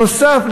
בנוסף,